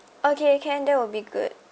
okay can that will be good